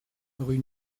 rue